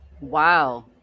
Wow